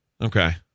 Okay